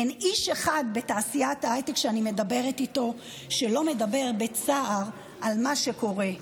אין איש אחד בתעשיית ההייטק שאני מדברת איתו שלא מדבר בצער על מה שקורה.